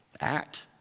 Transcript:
act